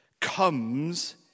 comes